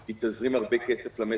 היא תזרים הרבה כסף למשק.